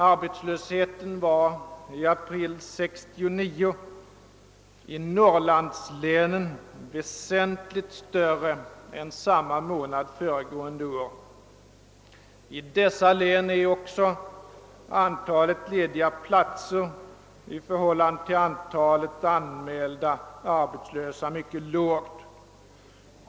Arbetslösheten i norrlandslänen var i april 1969 väsentligt större än samma månad föregående år. I dessa län är också antalet lediga platser i förhållande till antalet anmälda arbetslösa mycket lågt.